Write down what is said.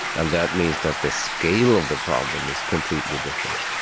and that means that the scale of the problem is completely different.